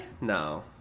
No